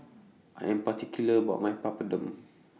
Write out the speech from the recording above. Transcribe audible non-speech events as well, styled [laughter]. I Am particular about My Papadum [noise]